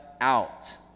out